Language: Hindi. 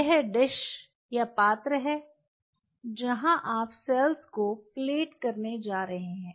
यह डिश पात्र है जहां आप सेल्स को प्लेट करने जा रहे हैं